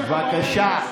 זוהי זכותו.